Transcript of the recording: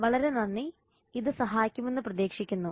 വളരെ നന്ദി ഇത് സഹായിക്കുമെന്ന് പ്രതീക്ഷിക്കുന്നു